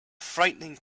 frightening